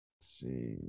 see